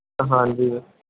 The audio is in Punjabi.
ਹਾਂਜੀ